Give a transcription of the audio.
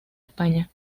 españa